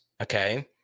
okay